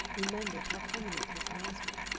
remembered how prominent his eyes were.